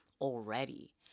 already